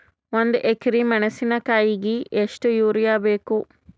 ಒಂದ್ ಎಕರಿ ಮೆಣಸಿಕಾಯಿಗಿ ಎಷ್ಟ ಯೂರಿಯಬೇಕು?